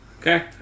Okay